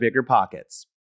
BiggerPockets